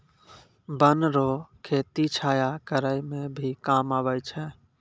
वन रो खेती छाया करै मे भी काम आबै छै